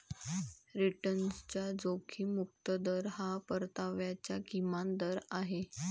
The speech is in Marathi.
रिटर्नचा जोखीम मुक्त दर हा परताव्याचा किमान दर आहे